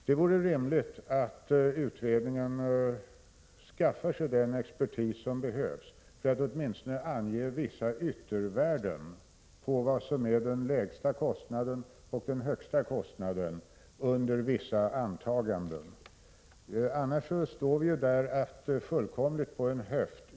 Det vore rimligt om utredningen skaffade sig den expertis som behövs för att åtminstone ange vissa yttervärden, dvs. den lägsta kostnaden och den högsta kostnaden under givna antaganden. Annars måste vi göra en beräkning fullkomligt på en höft.